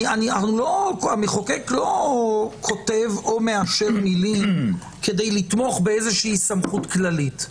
המחוקק לא כותב או מאשר מילים כדי לתמוך בסמכות כללית.